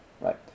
right